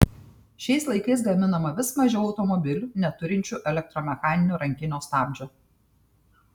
šiais laikais gaminama vis mažiau automobilių neturinčių elektromechaninio rankinio stabdžio